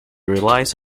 relies